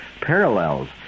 parallels